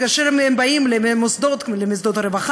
כאשר הם באים למוסדות הרווחה,